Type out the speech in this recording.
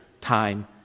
time